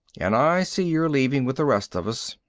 and i see you're leaving with the rest of us.